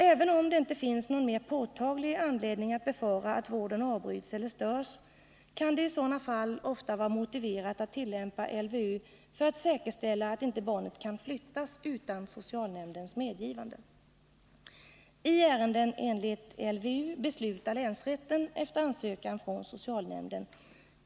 Även om det inte finns någon mera påtaglig anledning att befara att vården avbryts eller störs, kan det i sådana fall ofta vara motiverat att tillämpa LVU för att säkerställa att inte barnet kan flyttas utan socialnämndens medgivande. I ärenden enligt LVU beslutar länsrätten efter ansökan från socialnämnden.